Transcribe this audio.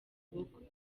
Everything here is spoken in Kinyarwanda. bukwe